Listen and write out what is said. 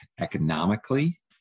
economically